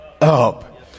up